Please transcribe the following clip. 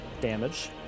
damage